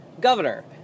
governor